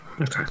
okay